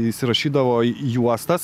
įsirašydavo į juostas